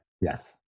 Yes